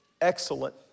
excellent